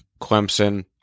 Clemson